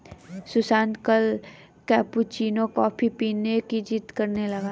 सुशांत कल cappuccino coffee पीने की जिद्द करने लगा